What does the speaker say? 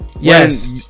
yes